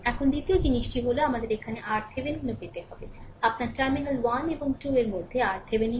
এখন দ্বিতীয় জিনিসটি হল আমাদের এখানে RThevenin ও পেতে হবে আপনার টার্মিনাল 1 এবং 2 এর মধ্যে RThevenin কী